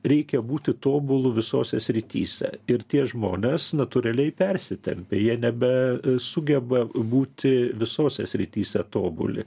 reikia būti tobulu visose srityse ir tie žmonės natūraliai persitempia jie nebe sugeba būti visose srityse tobuli